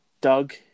Doug